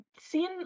seen